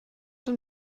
den